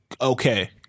okay